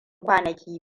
kwanaki